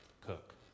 cook